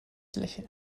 lächeln